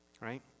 right